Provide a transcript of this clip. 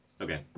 okay